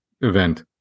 event